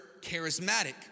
charismatic